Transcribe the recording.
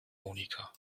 monika